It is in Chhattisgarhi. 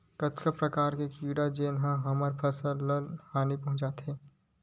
कतका प्रकार के कीड़ा जेन ह हमर फसल ल हानि पहुंचाथे?